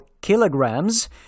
kilograms